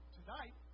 tonight